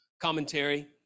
commentary